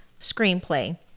screenplay